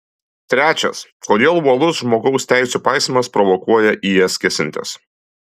trečias kodėl uolus žmogaus teisių paisymas provokuoja į jas kėsintis